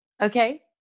Okay